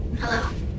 Hello